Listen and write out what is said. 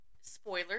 spoiler